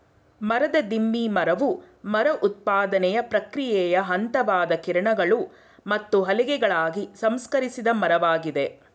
ಮರದ ದಿಮ್ಮಿ ಮರವು ಮರ ಉತ್ಪಾದನೆಯ ಪ್ರಕ್ರಿಯೆಯ ಹಂತವಾದ ಕಿರಣಗಳು ಮತ್ತು ಹಲಗೆಗಳಾಗಿ ಸಂಸ್ಕರಿಸಿದ ಮರವಾಗಿದೆ